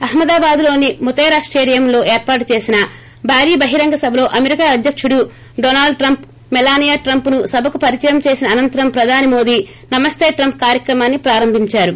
అహ్మదాబాద్లోని మోతెరా స్టేడియంలో ఏర్పాటు చేసిన భారీ బహిరంగ సభలో అమెరికా అధ్యకుడు డొనాల్ల్ ట్రంప్ మెలానియా ట్రంప్ను సభకు పరిచయం చేసిన అనంతరం ప్రధాని మోదీ నమస్తే ట్రంప్ కార్యక్రమాన్ని ప్రారంభించారు